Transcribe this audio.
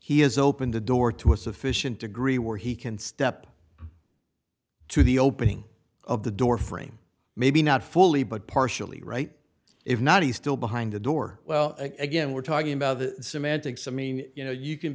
has opened the door to a sufficient degree where he can step to the opening of the door frame maybe not fully but partially right if not he still behind the door well again we're talking about semantics i mean you